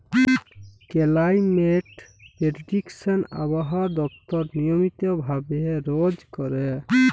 climate prediction আবহাওয়া দপ্তর নিয়মিত ভাবে রজ ক্যরে